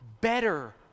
Better